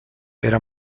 era